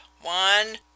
One